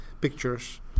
pictures